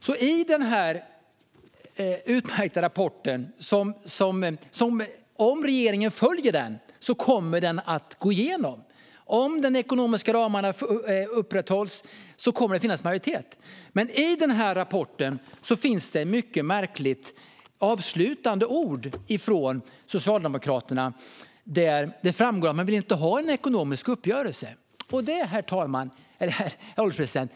Om regeringen följer förslaget i den här utmärkta rapporten kommer det att gå igenom. Om de ekonomiska ramarna upprätthålls kommer det att finnas majoritet. Men i rapporten finns ett mycket märkligt avslutande ord från Socialdemokraterna där det framgår att man inte vill ha en ekonomisk uppgörelse. Herr ålderspresident!